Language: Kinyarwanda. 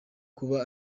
kuba